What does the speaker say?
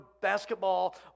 basketball